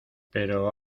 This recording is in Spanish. pero